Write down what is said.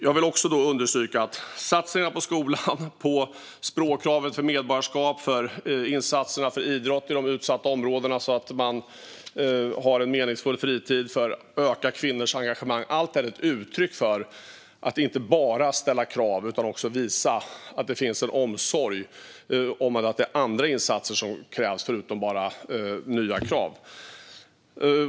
Jag vill också understryka att satsningar på skolan, språkkrav för medborgarskap, satsningar på idrott i de utsatta områdena så att ungdomar har en meningsfull fritid och satsningar på att öka kvinnors engagemang är ett uttryck för att det inte bara handlar om att ställa krav utan också om att visa att det finns en omsorg. Det är även andra insatser som krävs, inte bara nya krav.